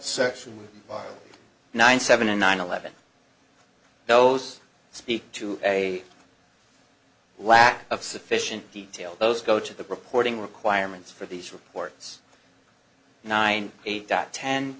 one nine seven and nine eleven those speak to a lack of sufficient detail those go to the reporting requirements for these reports nine eight dot ten